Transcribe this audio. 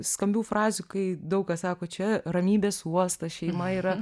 skambių frazių kai daug kas sako čia ramybės uostas šeima yra